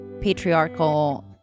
patriarchal